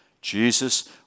Jesus